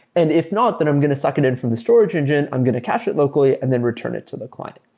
and if not, the i'm going to suck it in from the storage engine. i'm going to cache it locally and then return it to the client.